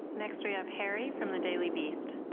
next we have harry from the daily beast.